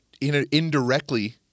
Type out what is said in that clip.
indirectly